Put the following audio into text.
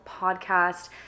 podcast